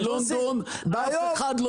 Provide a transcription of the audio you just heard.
בלונדון אף אחד לא